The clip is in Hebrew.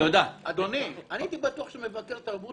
אדוני, אני הייתי בטוח שמבקר תרבות